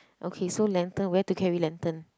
okay so lantern where to carry lantern